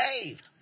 saved